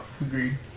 Agreed